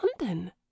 london